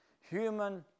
human